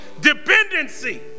Dependency